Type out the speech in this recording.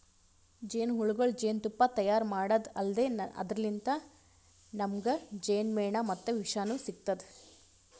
ಜೇನಹುಳಗೊಳ್ ಜೇನ್ತುಪ್ಪಾ ತೈಯಾರ್ ಮಾಡದ್ದ್ ಅಲ್ದೆ ಅದರ್ಲಿನ್ತ್ ನಮ್ಗ್ ಜೇನ್ಮೆಣ ಮತ್ತ್ ವಿಷನೂ ಸಿಗ್ತದ್